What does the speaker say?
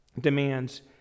demands